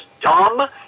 dumb